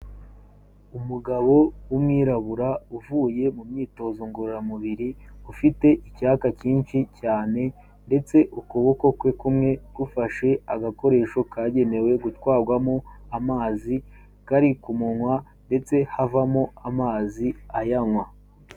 Umugabo w'umwirabura uvuye mu myitozo ngororamubiri, ufite icyaka cyinshi cyane ndetse ukuboko kwe kumwe gufashe agakoresho kagenewe gutwarwamo amazi kari ku munwa ndetse havamo amazi ayanywa.